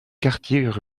quartiers